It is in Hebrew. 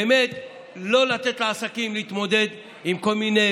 באמת לא לתת לעסקים להתמודד עם כל מיני